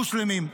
המוסלמים,